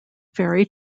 ferry